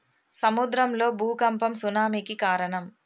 సముద్రం లో భూఖంపం సునామి కి కారణం